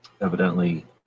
Evidently